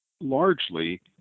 largely